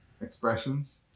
expressions